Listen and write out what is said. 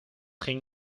ging